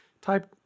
Type